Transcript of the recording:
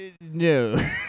No